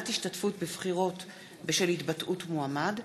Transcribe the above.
(מניעת השתתפות בבחירות בשל התבטאות מועמד),